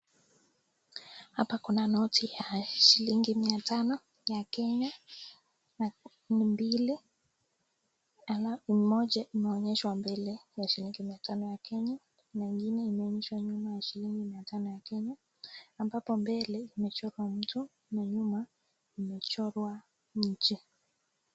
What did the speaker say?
Hapa Kuna noti ya shilingi mia Tano ya Kenya na kumi mbili moja imeonyeshwa ya shillingi mia Tano ya Kenya na shilingi na ingine inaonyesha shilingi mia Tano ya Kenya ambapo mbele imechorwaa mtu na nyuma imechorwaa mje.